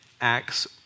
Acts